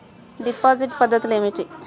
Deposit పద్ధతులు ఏమిటి?